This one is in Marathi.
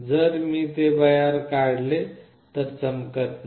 जर मी ते बाहेर काढले तर ते चमकत नाही